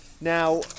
Now